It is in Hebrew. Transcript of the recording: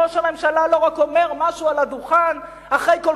ראש הממשלה לא רק אומר משהו על הדוכן אחרי כל